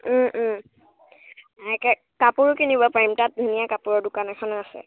কাপোৰো কিনিব পাৰিম তাত ধুনীয়া কাপোৰৰ দোকান এখনো আছে